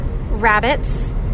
rabbits